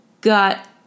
got